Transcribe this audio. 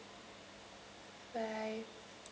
bye